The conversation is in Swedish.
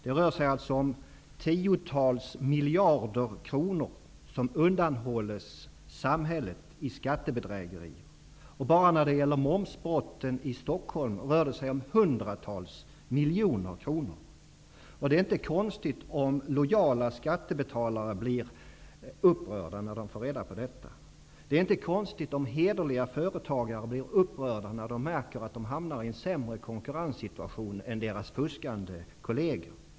Det rör sig alltså om tiotals miljarder kronor som undanhålls samhället i skattebedrägeri. Enbart när det gäller momsbrotten i Stockholm rör det sig om hundratals miljoner kronor. Det är inte konstigt att lojala skattebetalare blir upprörda, när det får reda på detta. Det är inte konstigt att hederliga företagare blir upprörda när de märker att de hamnar i en sämre konkurrenssituation än deras fuskande kolleger.